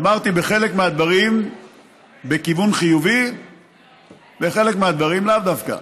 אמרתי: בחלק מהדברים בכיוון חיובי ובחלק מהדברים לאו דווקא.